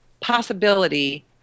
possibility